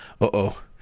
uh-oh